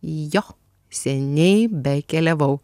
jo seniai bekeliavau